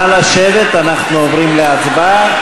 נא לשבת, אנחנו עוברים להצבעה.